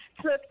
took